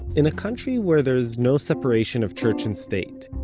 in a country where there is no separation of church and state,